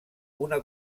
una